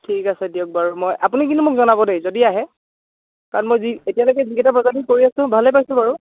ঠিক আছে দিয়ক বাৰু মই আপুনি কিন্তু মোক জনাব দেই যদি আহে কাৰণ মই যি এতিয়ালৈকে যিকেইটা প্ৰজাতি কৰি আছো ভালে পাইছো বাৰু